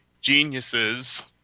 geniuses